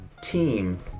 team